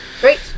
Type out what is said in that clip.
Great